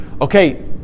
okay